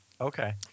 Okay